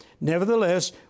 Nevertheless